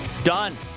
done